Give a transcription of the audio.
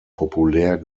populär